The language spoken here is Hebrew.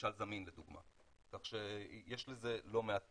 ממשל זמין לדוגמה, כך שיש לזה לא מעט פוטנציאל.